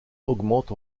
augmente